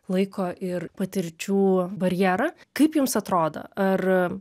laiko ir patirčių barjerą kaip jums atrodo ar